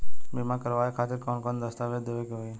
बीमा करवाए खातिर कौन कौन दस्तावेज़ देवे के होई?